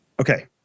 Okay